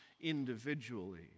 individually